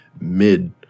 mid